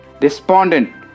despondent